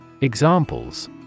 Examples